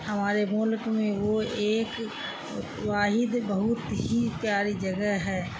ہمارے ملک میں وہ ایک واحد بہت ہی پیاری جگہ ہے